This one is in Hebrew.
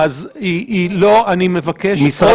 חקירות אפידמיולוגיות בתקופה שהחוק בתוקף.